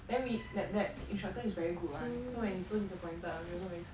then we that that instructor is very good one so when he so disappointed we also very scared